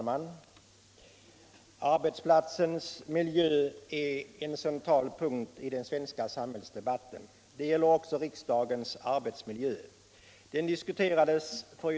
inte är tillgängligt.